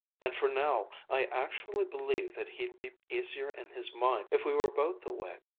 and for now, i actually believe that he'd be easier in his mind if we were both away.